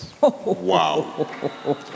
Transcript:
Wow